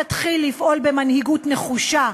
תתחיל לפעול במנהיגות נחושה,